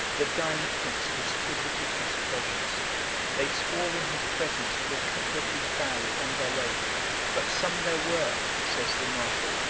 the dying prince distributed his treasures they swore in his presence to accomplish his vow and their own but some there were, says the marshal,